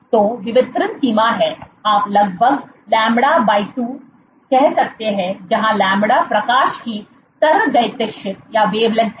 तो विवर्तन सीमा है आप लगभग लैम्ब्डा by 2 कह सकते हैं जहां लैम्ब्डा प्रकाश की तरंगदैर्ध्य है